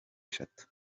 eshatu